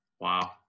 wow